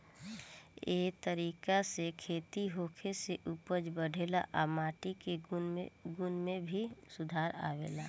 ए तरीका से खेती होखे से उपज बढ़ेला आ माटी के गुण में भी सुधार आवेला